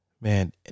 man